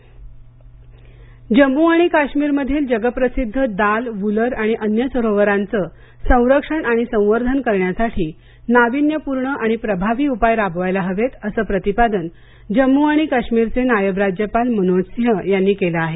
जम्मू काश्मीर सरोवर जम्मू आणि काश्मीर मधील जगप्रसिद्ध दाल वूलर आणि अन्य सरोवराचं संरक्षण आणि संवर्धन करण्यासाठी नाविन्यपूर्ण आणि प्रभावी उपाय राबवायला हवेत असं प्रतिपादन जामू आणि काश्मीरचे नायब राज्यपाल मनोज सिंह यांनी केलं आहे